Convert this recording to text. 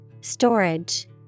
Storage